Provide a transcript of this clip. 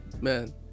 Man